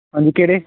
ਹਾਂਜੀ ਕਿਹੜੇ